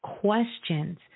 questions